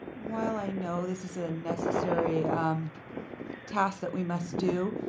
while i know this is a necessary and task that we must do,